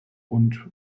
und